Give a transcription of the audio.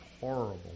horrible